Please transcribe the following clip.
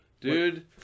Dude